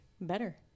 better